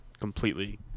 completely